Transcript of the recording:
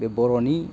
बे बर'नि